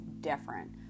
different